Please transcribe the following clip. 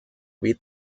bit